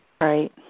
right